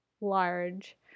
large